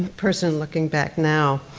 person looking back now.